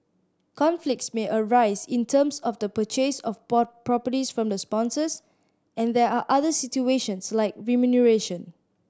conflicts may arise in terms of the purchase of properties from the sponsors and there are other situations like remuneration